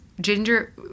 ginger